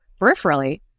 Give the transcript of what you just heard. peripherally